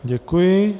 Děkuji.